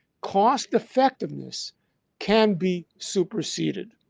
cost effectiveness can be superseded.